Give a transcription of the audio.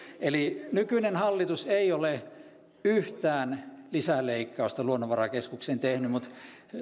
nykyinen hallitus ei ole yhtään lisäleikkausta luonnonvarakeskukseen tehnyt